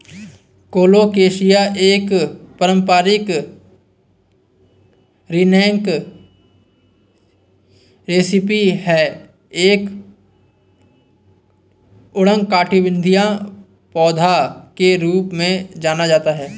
colocasia एक पारंपरिक snack recipe है एक उष्णकटिबंधीय पौधा के रूप में जाना जाता है